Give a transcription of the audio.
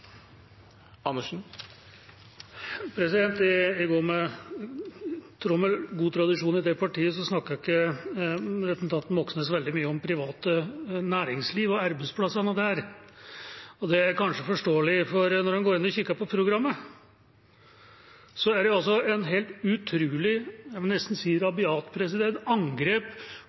I tråd med god tradisjon i det partiet snakket ikke representanten Moxnes veldig mye om privat næringsliv og arbeidsplassene der. Det er kanskje forståelig, for når en går inn og kikker på programmet, er det et helt utrolig – jeg må nesten si rabiat – angrep